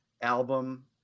album